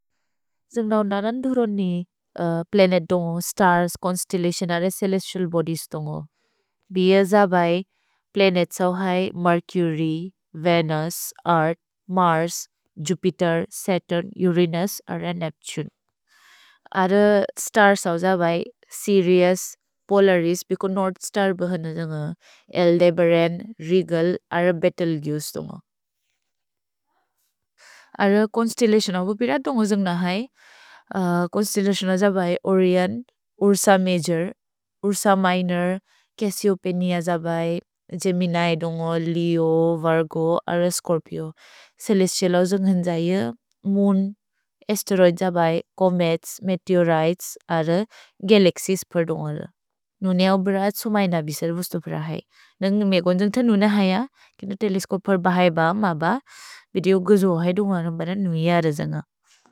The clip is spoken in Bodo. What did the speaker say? जुन्ग् नौ ननन् धुरोन्नि प्लनेत् दुन्गु, स्तर्स्, चोन्स्तेल्लतिओन् अरे चेलेस्तिअल् बोदिएस् दुन्गु। भिअ ज बए प्लनेत्स् अव् है Mercury, Venus, Earth, Mars, Jupiter, Saturn, Uranus अरे नेप्तुने। अरे स्तर्स् अव् ज बए सिरिउस्, पोलरिस्, बिको नोर्द् स्तर् बहन दुन्गु, एल् देबेरन्, रेगल् अरे भेतेल्गेउसे दुन्गु। अरे चोन्स्तेल्लतिओन् अव् बु पिर दुन्गु जुन्ग् न है, चोन्स्तेल्लतिओन् अव् ज बए Orion, Ursa Major, Ursa Minor, Cassiopeia ज बए, गेमिनि दुन्गु, लेओ, विर्गो, अरे स्चोर्पिओ। छेलेस्तिअल् अव् जुन्ग् न्है ज, मून्, अस्तेरोइद् ज बए, छोमेत्स्, मेतेओरितेस् अरे गलक्सिएस् प्र दुन्गु। नुने अव् बेरात् सुमैन बिसर् वुस्तु प्र है। नन्ग् मेगोन् जुन्ग्थ नुने है य, किन तेलेस्कोपोर् बहै ब, मब, विदेओ गुजो है दुन्गु अनुबरन् नुइअ र जुन्ग।